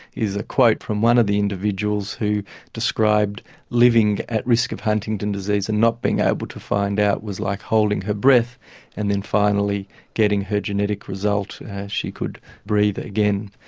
is a quote from one of the individuals who described living at risk of huntington's disease and not being able to find out was like holding her breath and then finally getting her genetic result and she could breathe again.